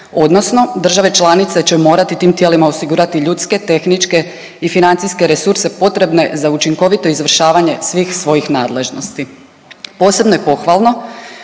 odnosno države članice će morati tim tijelima osigurati ljudske, tehničke i financijske resurse potrebne za učinkovito izvršavanje svih svojih nadležnosti. Posebno je pohvalno